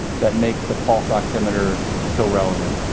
that makes the pulse oximeter so relevant?